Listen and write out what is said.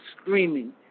screaming